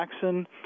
Jackson